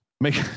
make